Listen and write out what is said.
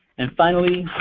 and finally,